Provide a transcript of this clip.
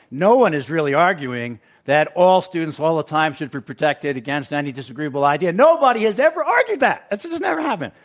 no one is really arguing that all students all the time should be protected against any disagreeable idea. nobody has ever argued that. that's just never happened.